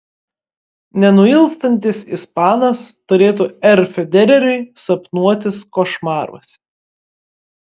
nenuilstantis ispanas turėtų r federeriui sapnuotis košmaruose